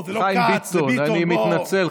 חיים ביטון, אני מתנצל,